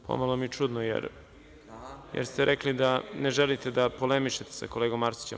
Pomalo mi je čudno, jer ste rekli da ne želite da polemišete sa kolegom Arsićem.